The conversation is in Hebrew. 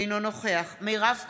אינו נוכח מירב כהן,